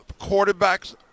quarterbacks